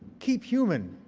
keep human.